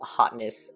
hotness